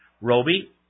Roby